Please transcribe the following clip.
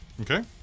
Okay